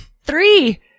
three